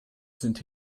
sind